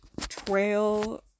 trail